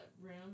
room